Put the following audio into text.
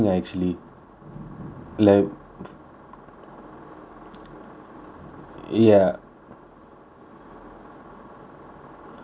like ya